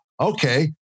Okay